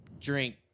drink